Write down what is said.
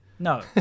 No